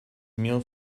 meal